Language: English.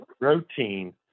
protein